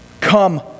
Come